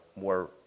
more